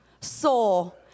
soul